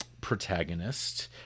protagonist